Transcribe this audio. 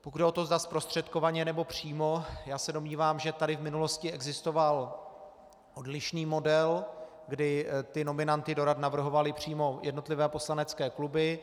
Pokud jde o to, zda zprostředkovaně, či přímo, domnívám se, že tady v minulosti existoval odlišný model, kdy nominanty do rad navrhovaly přímo jednotlivé poslanecké kluby.